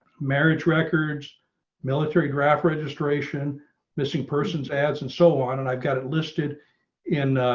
marriage records military draft registration missing persons ads and so on. and i've got it listed in